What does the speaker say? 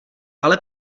ale